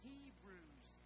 Hebrews